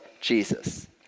Jesus